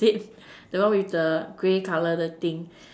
is it the one with the grey colour the thing